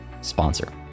sponsor